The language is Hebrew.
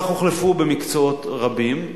כך הוחלפו במקצועות רבים,